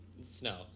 snow